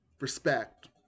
respect